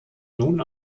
nun